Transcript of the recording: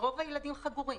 רוב הילדים חגורים.